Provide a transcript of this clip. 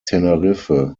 tenerife